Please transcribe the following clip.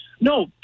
No